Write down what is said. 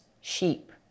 sheep